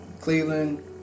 Cleveland